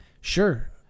Sure